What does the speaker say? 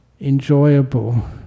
enjoyable